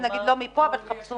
אז נגיד לא מכאן ולא מכאן?